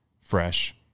fresh